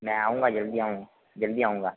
मैं आऊँगा जल्दी आऊँगा जल्दी आऊँगा